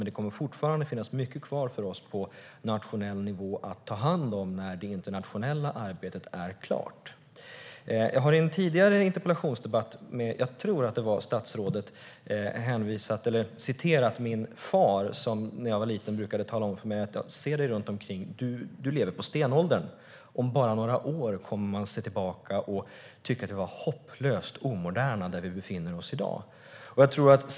Det kommer fortfarande att finnas mycket kvar för oss att ta hand om på nationell nivå när det internationella arbetet är klart. Jag har i en tidigare interpellationsdebatt - jag tror att det också var med statsrådet Anna Johansson - citerat min far, som när jag var liten brukade säga: Se dig omkring! Du lever på stenåldern. Om bara några år kommer man att se tillbaka och tycka att vi var hopplöst omoderna där vi befinner oss i dag.